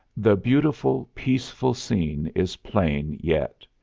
the beautiful, peaceful scene is plain yet.